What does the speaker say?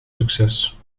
succes